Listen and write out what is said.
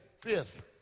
fifth